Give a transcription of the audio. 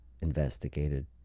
investigated